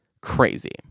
crazy